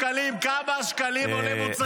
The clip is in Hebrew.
לך, אדון שקלים, כמה שקלים זה עולה.